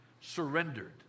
surrendered